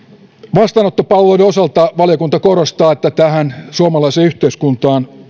vastaanottopalveluiden osalta valiokunta korostaa että orientaatioon suomalaiseen yhteiskuntaan